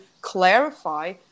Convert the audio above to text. clarify